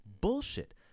bullshit